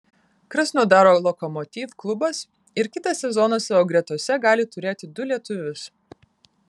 krasnodaro lokomotiv klubas ir kitą sezoną savo gretose gali turėti du lietuvius